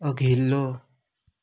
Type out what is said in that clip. अघिल्लो